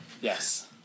yes